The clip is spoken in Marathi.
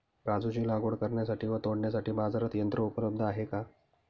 काजूची लागवड करण्यासाठी व तोडण्यासाठी बाजारात यंत्र उपलब्ध आहे का?